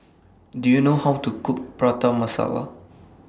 Do YOU know How to Cook Prata Masala